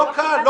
לא כ.א.ל.